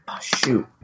Shoot